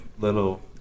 little